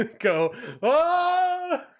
go